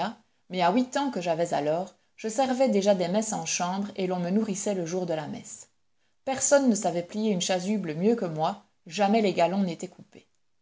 mais à huit ans que j'avais alors je servais déjà des messes en chambre et l'on me nourrissait le jour de la messe personne ne savait plier une chasuble mieux que moi jamais les galons n'étaient coupés